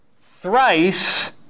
thrice